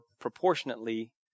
proportionately